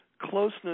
closeness